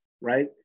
right